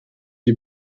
die